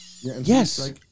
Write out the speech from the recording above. Yes